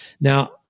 Now